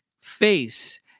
face